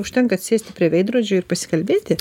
užtenka atsisėsti prie veidrodžio ir pasikalbėti